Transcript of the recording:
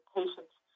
patients